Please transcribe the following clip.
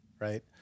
right